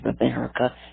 America